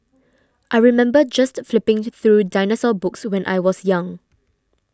I remember just flipping through dinosaur books when I was young